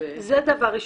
זה דבר ראשון.